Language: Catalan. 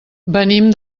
venim